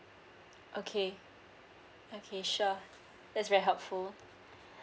okay okay sure that's very helpful